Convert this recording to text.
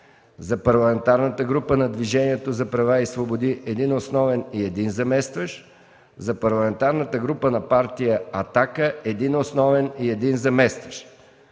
за Парламентарната група на Движението за права и свободи – 1 основен и 1 заместващ; - за Парламентарната група на Партия „Атака” – 1 основен и 1 заместващ.